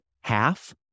half